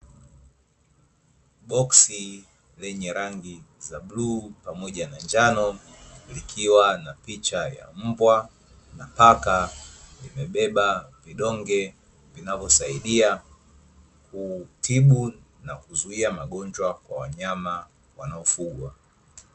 Boksi lenye rangi za bluu pamoja na njano likiwa na picha ya mbwa na paka, limebeba vidonge vinavyosaidia kutibu na kuzuia magonjwa kwa wanyama wanaofugwa.